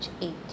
eight